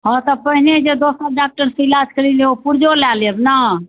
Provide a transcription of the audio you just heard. हँ तऽ पहिने जे दोसर डॉक्टरसँ इलाज करेलिए ओ पुर्जो लऽ लेब ने